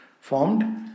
formed